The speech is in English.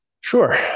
Sure